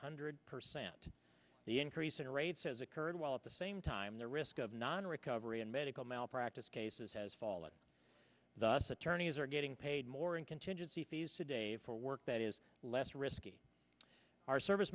hundred percent the increase in rates as occurred while at the same time the risk of non recovery in medical malpractise cases has fallen the us attorneys are getting paid more in contingency fees today for work that is less risky our service